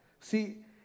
See